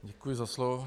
Děkuji za slovo.